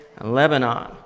Lebanon